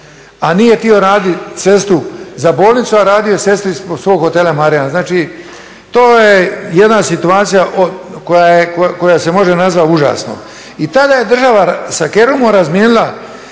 a nije htio raditi cestu za bolnicu, a radio je sestri ispod svog Hotela Marjan. Znači to je jedna situacija koja se može nazvati užasnom. I tada je država sa Kerumom razmijenila